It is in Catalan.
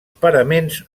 paraments